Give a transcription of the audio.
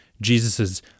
Jesus's